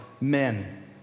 men